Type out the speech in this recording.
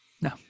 No